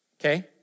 okay